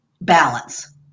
balance